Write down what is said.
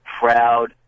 proud